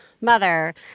mother